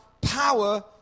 power